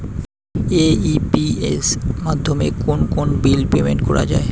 AEPS মাধ্যমে কোন কোন বিল পেমেন্ট করা যায়?